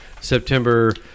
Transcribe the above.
September